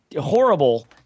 horrible